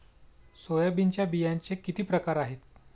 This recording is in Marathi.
सोयाबीनच्या बियांचे किती प्रकार आहेत?